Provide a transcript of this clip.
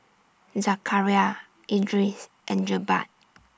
Zakaria Idris and Jebat